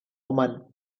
woman